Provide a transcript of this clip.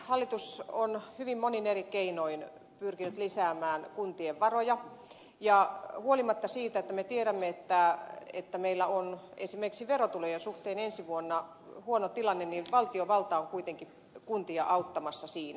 hallitus on hyvin monin eri keinoin pyrkinyt lisäämään kuntien varoja ja huolimatta siitä että me tiedämme että meillä on esimerkiksi verotulojen suhteen ensi vuonna huono tilanne valtiovalta on kuitenkin kuntia auttamassa siinä